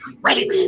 Right